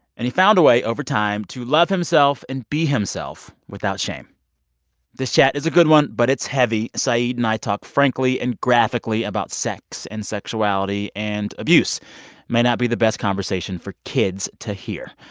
and he found a way, over time, to love himself and be himself without shame this chat is a good one, but it's heavy. saeed saeed and i talk frankly and graphically about sex and sexuality and abuse may not be the best conversation for kids to hear.